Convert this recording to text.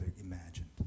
imagined